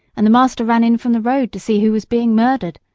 and the master ran in from the road to see who was being murdered.